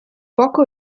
poco